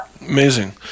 amazing